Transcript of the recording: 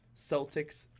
Celtics